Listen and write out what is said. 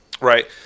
Right